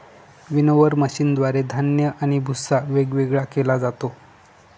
winnower मशीनद्वारे धान्य आणि भुस्सा वेगवेगळा केला जातो